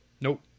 Nope